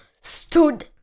stood